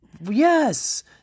Yes